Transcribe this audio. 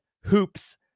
hoops